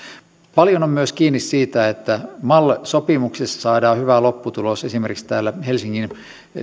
paljon on myös kiinni siitä että mal sopimuksissa saadaan hyvä lopputulos esimerkiksi täällä helsingin